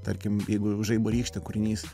tarkim jeigu žaibo rykštė kūrinys